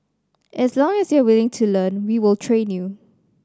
as long as you're willing to learn we will train you